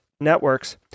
networks